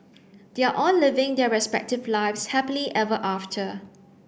they are all living their respective lives happily ever after